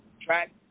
Track